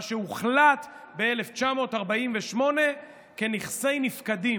מה שהוחלט ב-1948 כנכסי נפקדים.